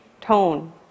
tone